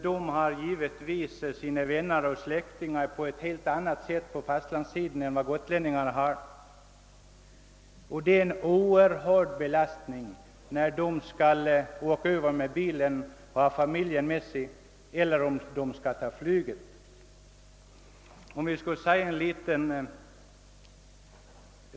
De har givetvis många släktingar och vänner på fastlandssidan, och när de med familjen skall resa över med bil till fastlandet eller tar flyget för sig och sina familjer, så blir det en oerhörd ekonomisk belastning.